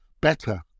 better